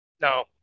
No